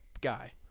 guy